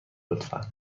لطفا